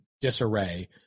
disarray